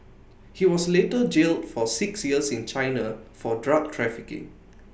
he was later jailed for six years in China for drug trafficking